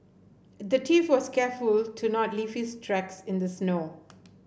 the thief was careful to not leave his tracks in the snow